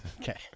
okay